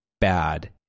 bad